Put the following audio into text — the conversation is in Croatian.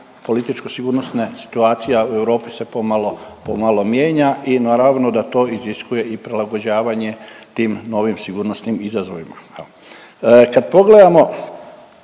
političko sigurnosna situacija u Europi se pomalo, pomalo mijenja i naravno da to iziskuje i prilagođavanje tim novim sigurnosnim izazovima. Kad pogledamo,